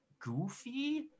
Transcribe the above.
goofy